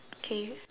okay